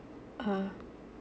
(uh huh)